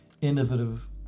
innovative